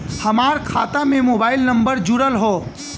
हमार खाता में मोबाइल नम्बर जुड़ल हो?